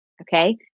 okay